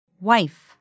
Wife